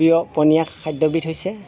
প্ৰিয় পনীয়া খাদ্যবিধ হৈছে